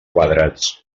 quadrats